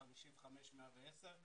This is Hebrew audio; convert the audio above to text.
55 ו-110,